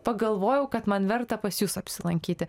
pagalvojau kad man verta pas jus apsilankyti